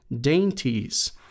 dainties